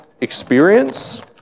experience